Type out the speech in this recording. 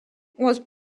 was